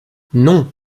non